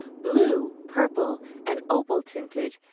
blue, purple and opal-tinted,